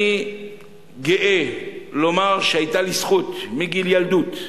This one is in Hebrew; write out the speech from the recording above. אני גאה לומר שהיתה לי זכות, מגיל ילדות,